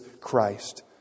Christ